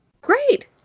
Great